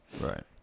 Right